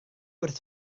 wrth